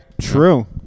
True